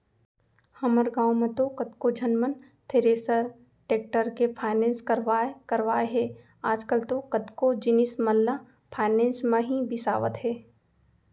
हमर गॉंव म तो कतको झन मन थेरेसर, टेक्टर के फायनेंस करवाय करवाय हे आजकल तो कतको जिनिस मन ल फायनेंस म ही बिसावत हें